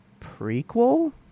prequel